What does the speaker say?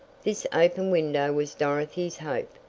this open window was dorothy's hope.